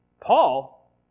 Paul